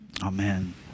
Amen